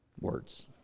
Words